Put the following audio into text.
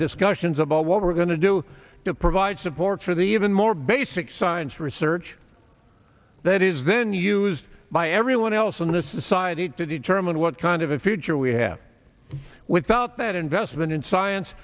discussions about what we're going to do to provide support for the even more basic science research that is then used by everyone else in this society to determine what kind of a future we have without that investment in science